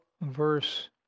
verse